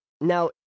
now